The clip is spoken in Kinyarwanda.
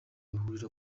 bahurira